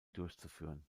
durchzuführen